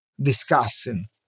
discussing